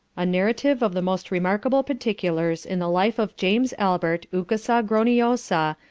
a narrative of the most remarkable particulars in the life of james albert ukawsaw gronniosaw,